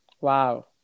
Wow